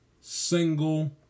single